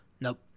Nope